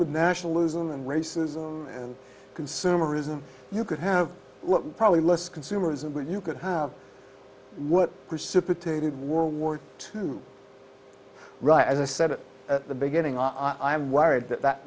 with nationalism and racism and consumerism you could have probably less consumerism but you could have what precipitated world war two right as i said it at the beginning are i am worried that that